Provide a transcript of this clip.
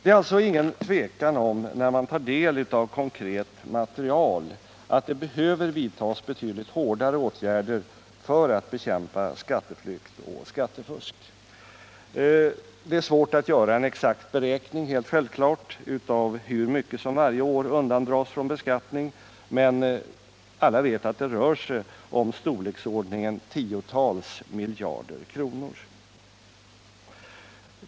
När man tar del av konkret material är det alltså inget tvivel om att det behöver vidtas betydligt hårdare åtgärder för att bekämpa skatteflykt och skattefusk. Det är helt självfallet svårt att göra en exakt beräkning av hur mycket som varje år undandras från beskattning, men alla vet att det rör sig om storleksordningen tiotals miljarder kronor.